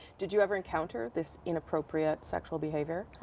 did you ever encounter this inappropriate sexual behaviour?